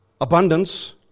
abundance